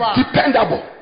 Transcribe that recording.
dependable